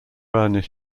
ernest